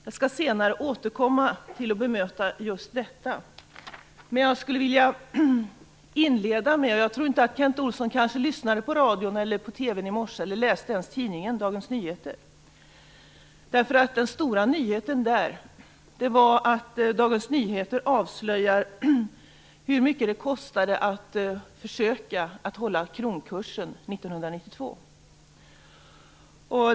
Jag skall senare återkomma till att bemöta just detta. Jag tror inte att Kent Olsson lyssnade på radion i morse eller ens läste tidningen. Den stora nyheten var att Dagens Nyheter avslöjar hur mycket det kostade att försöka att hålla kronkursen 1992.